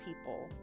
people